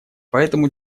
поэтому